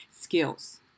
skills